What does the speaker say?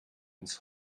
ins